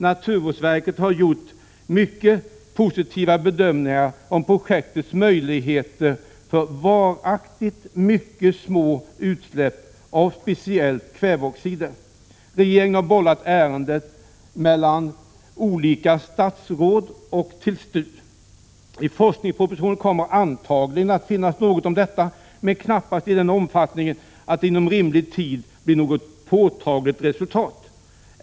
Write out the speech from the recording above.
Naturvårdsverket har gjort mycket positiva bedömningar av att man genom projektet varaktigt kan nå mycket små utsläpp av speciellt kväveoxider. Regeringen har bollat ärendet mellan olika statsråd och STU. I forskningspropositionen kommer antagligen att finnas något om detta, men knappast i den omfattningen att det inom rimlig tid blir något påtagligt resultat.